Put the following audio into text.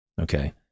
Okay